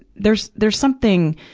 there's, there's something,